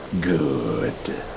Good